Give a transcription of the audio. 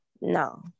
no